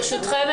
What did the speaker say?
ברשותכם,